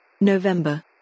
November